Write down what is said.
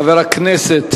חבר הכנסת